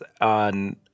on